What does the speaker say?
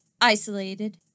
Isolated